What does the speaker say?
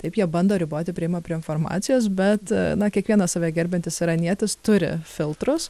taip jie bando riboti priėjimą prie informacijos bet na kiekvienas save gerbiantis iranietis turi filtrus